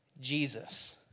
Jesus